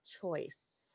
choice